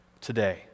today